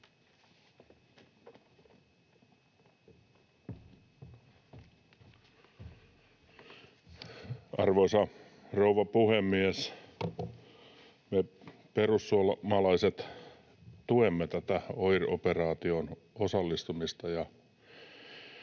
Arvoisa rouva puhemies! Me perussuomalaiset tuemme tätä OIR-operaatioon osallistumista.